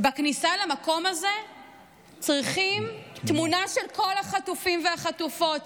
בכניסה למקום הזה צריכים תמונה של כל החטופים והחטופות.